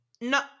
No